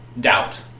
doubt